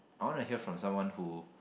I wanna hear from someone who